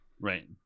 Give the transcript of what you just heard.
Right